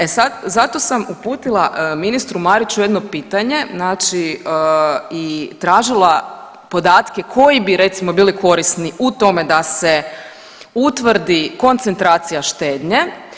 E sad, zato sam uputila ministru Mariću jedno pitanje znači i tražila podatke koji bi recimo bili korisni u tome da se utvrdi koncentracija štednje.